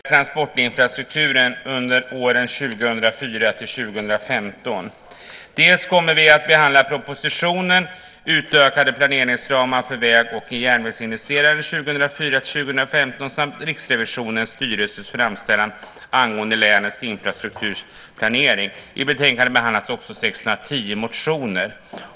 Fru talman! Vi ska nu debattera transportinfrastrukturen under åren 2004-2015. Dels kommer vi att behandla propositionen Utökade planeringsramar för väg och järnvägsinvesteringar 2004-2015 samt Riksrevisionens styrelses framställan angående länens infrastrukturplanering. I betänkandet behandlas också 610 motioner.